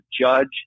judge